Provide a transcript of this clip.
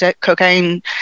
cocaine